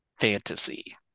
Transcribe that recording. fantasy